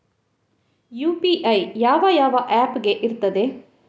UPI ಯಾವ ಯಾವ app ಗೆ ಇರ್ತದೆ?